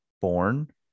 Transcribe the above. born